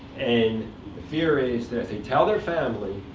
and the fear is that if they tell their family,